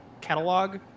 catalog